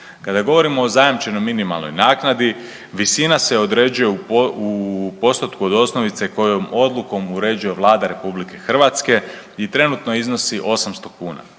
Kada govorimo o zajamčenoj minimalnoj naknadi, visina se određuje u postotku od osnovice kojom odlukom uređuje Vlada RH i trenutno iznosi 800 kuna.